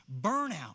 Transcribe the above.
burnout